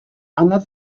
anad